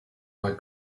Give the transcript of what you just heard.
may